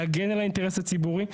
להגן על האינטרס הציבורי.